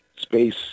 space